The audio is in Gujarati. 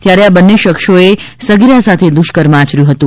ત્યારે આ બન્ને શખ્સોએ સગીરા સાથે દુષ્કર્મ આચર્યું હતું